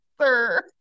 sir